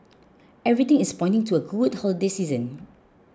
everything is pointing to a good holiday season